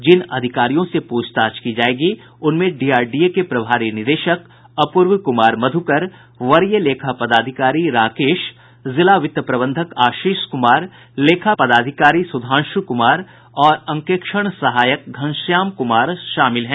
जिन अधिकारियों से पूछताछ की जायेगी उनमें डीआरडीए के प्रभारी निदेशक अपूर्व कुमार मधुकर वरीय लेखा पदाधिकारी राकेश जिला वित्त प्रबंधक आशीष कुमार लेखा पदाधिकारी सुधांशु कुमार और अंकेक्षण सहायक घनश्याम कुमार शामिल हैं